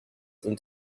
und